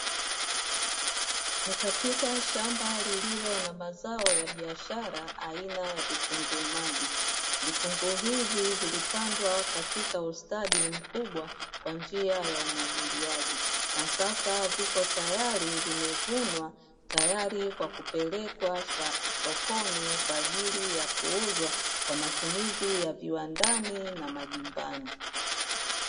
Ni katika shamba lililo na mazao ya biashara aina ya vitunguu maji. Vitunguu hivi vilipandwa katika ustadi mkubwa kwa njia ya umwagiliaji na sasa viko tayari vimevunwa tayari kwa kupelekwa sokoni kwa ajili ya kuuzwa kwa matumizi ya viwandani na majumbani.